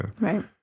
Right